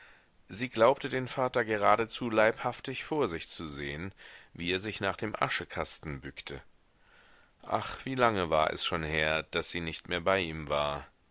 sie glaubte den vater geradezu leibhaftig vor sich zu sehen wie er sich nach dem aschekasten bückte ach wie lange war es schon her daß sie nicht mehr bei ihm war